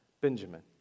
Benjamin